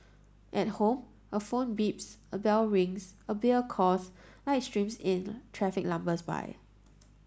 at home a phone beeps a bell rings a beer calls light streams in traffic lumbers by